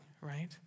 right